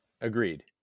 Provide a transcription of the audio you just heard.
Agreed